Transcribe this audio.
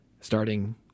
starting